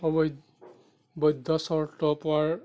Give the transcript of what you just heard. অবৈধ বৈধ চৰ্ত পোৱাৰ